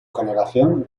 generación